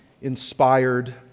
inspired